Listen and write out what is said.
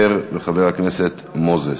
חבר הכנסת אשר וחבר הכנסת מוזס.